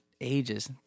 ages